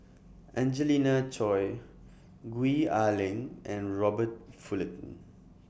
Angelina Choy Gwee Ah Leng and Robert Fullerton